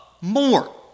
more